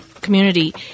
community